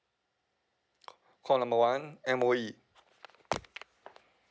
call number one M_O_E